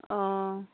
অঁ